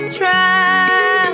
try